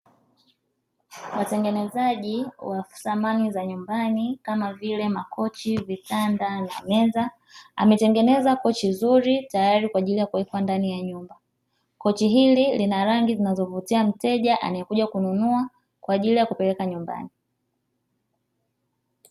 Watengenezaji wa samani za nyumbani kama vile makochi, vitanda na meza. Ametengeneza kochi zuri tayari kwa ajili ya kuweka ndani ya nyumba. Kochi hili lina rangi zinazovutia mteja anayekuja kununua kwa ajili ya kupeleka nyumbani.